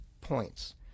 points